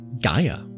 Gaia